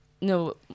no